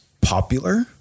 popular